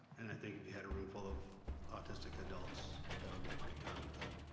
and i think if you had a room full of autistic adults, that would be a pretty common theme.